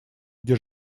где